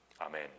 Amen